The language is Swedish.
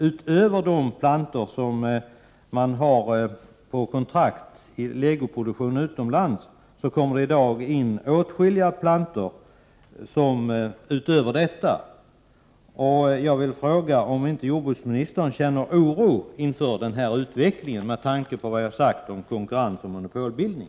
Utöver de plantor som på kontrakt legoproduceras utomlands kommer i dag åtskilliga plantor in i landet. Jag vill fråga om inte jordbruksministern känner oro inför denna utveckling med tanke på vad jag har sagt om konkurrens och monopolbildning.